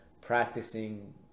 practicing